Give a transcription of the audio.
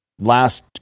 Last